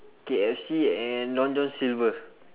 K_F_C and long john silver